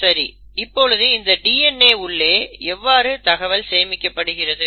சரி இப்பொழுது இந்த DNA உள்ளே எவ்வாறு தகவல் சேமிக்கப்படுகிறது